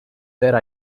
their